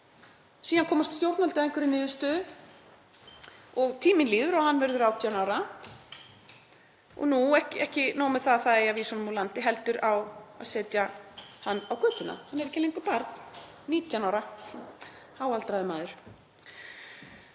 Síðan komast stjórnvöld að einhverri niðurstöðu og tíminn líður og hann verður 18 ára. Nú er ekki nóg með að það eigi að vísa honum úr landi heldur á að setja hann á götuna. Hann er ekki lengur barn, 19 ára, háaldraður maður.